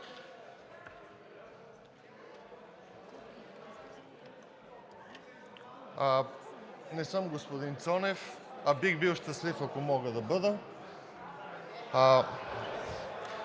Не съм господин Цонев, а бих бил щастлив, ако мога да бъда.